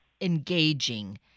engaging